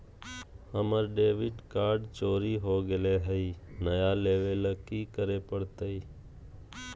हमर debit card चोरी हो गेले हई, नया लेवे ल की करे पड़तई?